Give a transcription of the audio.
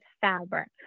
fabric